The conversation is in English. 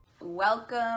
Welcome